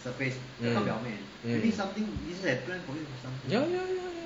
mm mm ya ya ya